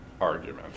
argument